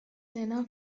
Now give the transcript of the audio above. lena